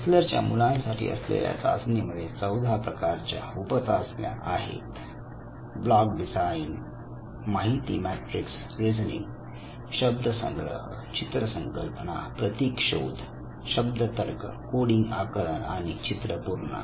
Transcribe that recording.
वेसलरच्या मुलांसाठी असलेल्या चाचणी मध्ये 14 प्रकारच्या उप चाचण्या आहेत ब्लॉक डिझाइन माहिती मॅट्रिक्स रीझनिंग शब्दसंग्रह चित्र संकल्पना प्रतीक शोध शब्द तर्क कोडिंग आकलन आणि चित्र पूर्ण